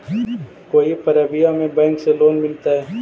कोई परबिया में बैंक से लोन मिलतय?